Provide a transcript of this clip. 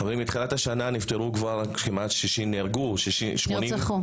חברים, מתחילת השנה נפטרו כבר, נהרגו 80. נרצחו.